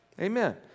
Amen